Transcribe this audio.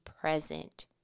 present